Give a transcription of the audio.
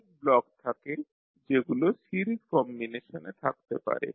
অনেক ব্লক থাকে যেগুলো সিরিজ কম্বিনেশনে থাকতে পারে